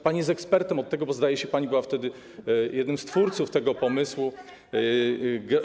Pani jest ekspertem od tego, bo, zdaje się, pani była wtedy jednym z twórców tego pomysłu.